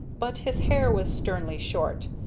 but his hair was sternly short,